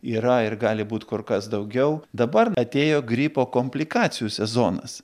yra ir gali būti kur kas daugiau dabar atėjo gripo komplikacijų sezonas